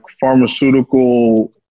pharmaceutical